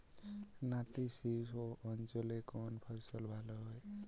নাতিশীতোষ্ণ অঞ্চলে কোন ফসল ভালো হয়?